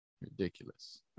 Ridiculous